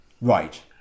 Right